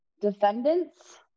Defendants